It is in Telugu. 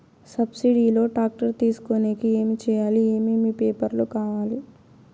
సబ్సిడి లో టాక్టర్ తీసుకొనేకి ఏమి చేయాలి? ఏమేమి పేపర్లు కావాలి?